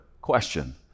Question